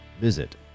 visit